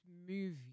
movie